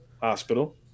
Hospital